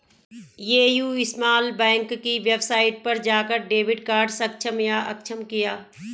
AU small bank की website पर जाकर डेबिट कार्ड सक्षम या अक्षम किया